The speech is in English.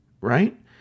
right